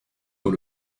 dans